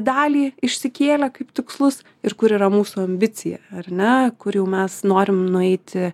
dalį išsikėlę kaip tikslus ir kur yra mūsų ambicija ar ne kur jau mes norim nueiti